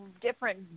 different